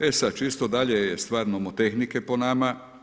E sad, čisto dalje je stvar nomotehnike po nama.